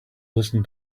listen